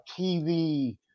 TV